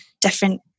different